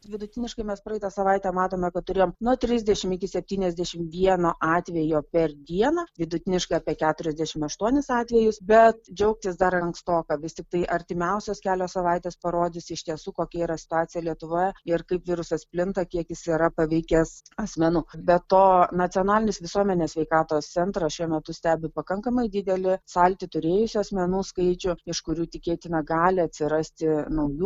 vidutiniškai mes praeitą savaitę matome kad turėjome nuo trisdešimt iki septyniasdešimt vieno atvejo per dieną vidutiniškai apie keturiasdešimt aštuonis atvejus bet džiaugtis dar ankstoka vis tiktai artimiausios kelios savaitės parodys iš tiesų kokia yra situacija lietuvoje ir kaip virusas plinta kiek jis yra paveikęs asmenų be to nacionalinis visuomenės sveikatos centras šiuo metu stebi pakankamai didelį sąlytį turėjusių asmenų skaičių iš kurių tikėtina gali atsirasti naujų